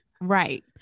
Right